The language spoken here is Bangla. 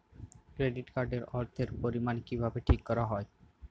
কেডিট কার্ড এর অর্থের পরিমান কিভাবে ঠিক করা হয়?